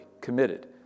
committed